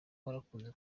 warakoze